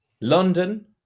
London